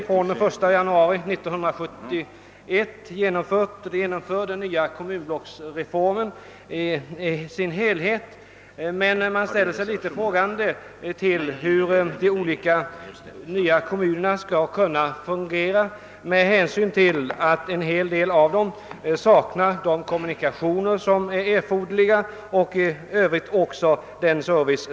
Från den 1 januari 1971 skall den nya kommunblocksindelningen gälla i vårt län. Vi ställer oss emellertid frågande till hur de nya kommunerna skall kunna fungera eftersom en hel del av dem saknar tillfredsställande kommunikationer och nödvändig service.